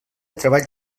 treball